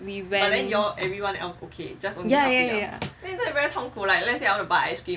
we went ya ya ya ya